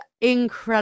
incredible